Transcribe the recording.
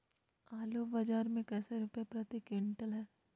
आलू बाजार मे कैसे रुपए प्रति क्विंटल है?